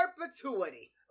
perpetuity